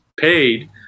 paid